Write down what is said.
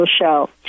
show